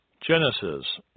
Genesis